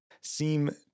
seem